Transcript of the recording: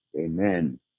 Amen